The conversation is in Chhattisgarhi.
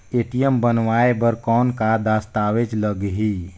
ए.टी.एम बनवाय बर कौन का दस्तावेज लगही?